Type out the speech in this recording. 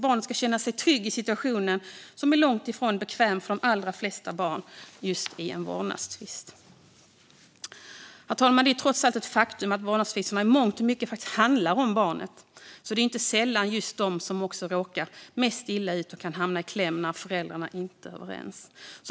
Barnet ska känna sig tryggt i situationen, som är långt ifrån bekväm för de allra flesta barn just i en vårdnadstvist. Herr talman! Det är trots allt ett faktum att vårdnadstvister i mångt och mycket handlar om barnet, så det är inte sällan just barnen som råkar mest illa ut och hamnar i kläm när föräldrarna inte är överens.